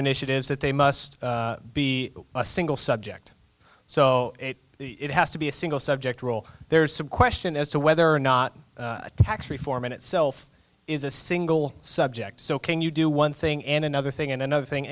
initiatives that they must be a single subject so it has to be a single subject rule there's some question as to whether or not a tax reform in itself is a single subject so can you do one thing and another thing and another thing